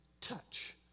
touch